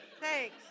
Thanks